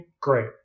Great